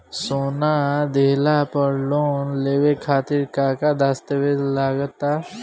सोना दिहले पर लोन लेवे खातिर का का दस्तावेज लागा ता?